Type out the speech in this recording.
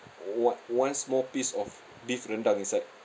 one one small piece of beef rendang inside